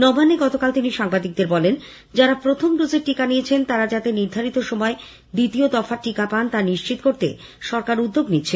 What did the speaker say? নবান্নে গতকাল তিনি বলেন যারা প্রথম ডোজের টিকা নিয়েছেন তারা যাতে নির্ধারিত সময়ে দ্বিতীয় দফার টিকা পান তা নিশ্চিত করতে সরকার উদ্যোগ নিচ্ছে